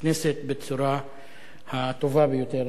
הכנסת בצורה הטובה ביותר.